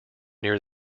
near